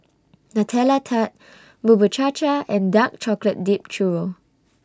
Nutella Tart Bubur Cha Cha and Dark Chocolate Dipped Churro